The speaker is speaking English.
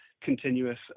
continuous